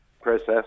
process